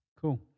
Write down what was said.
Cool